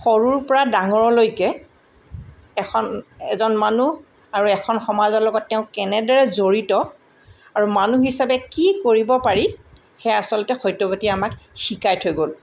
সৰুৰ পৰা ডাঙৰলৈকে এখন এজন মানুহ আৰু এখন সমাজৰ লগত তেওঁ কেনেদৰে জড়িত আৰু মানুহ হিচাপে কি কৰিব পাৰি সেয়া আচলতে সত্যপতিয়ে আমাক শিকাই থৈ গ'ল